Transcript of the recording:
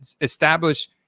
establish